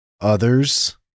others